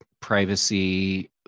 privacy